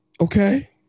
okay